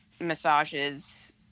massages